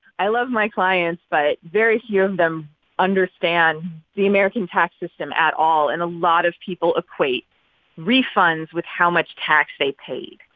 i love my clients, but very few of them understand the american tax system at all. and a lot of people equate refunds with how much tax they paid.